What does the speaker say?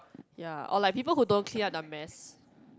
ya or like people who don't clean up the mess